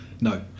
No